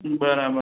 બરાબર